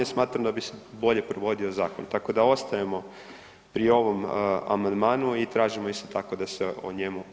Smatram da bi se bolje provodio zakon, tako da ostaje pri ovom amandmanu i tražimo isto tako da se o njemu